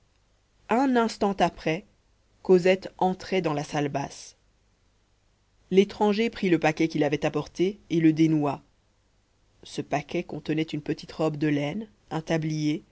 un instant après cosette entrait dans la salle basse l'étranger prit le paquet qu'il avait apporté et le dénoua ce paquet contenait une petite robe de laine un tablier